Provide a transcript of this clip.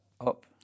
up